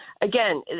Again